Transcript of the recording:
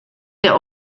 der